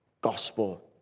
gospel